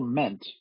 meant